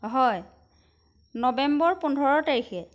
হয় নৱেম্বৰ পোন্ধৰ তাৰিখে